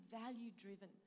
value-driven